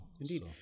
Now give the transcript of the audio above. Indeed